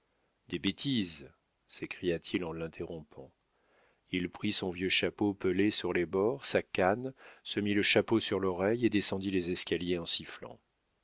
des bêtises s'écria-t-il en l'interrompant il prit son vieux chapeau pelé sur les bords sa canne se mit le chapeau sur l'oreille et descendit les escaliers en sifflant